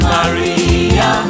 Maria